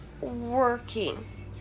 working